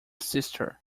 sister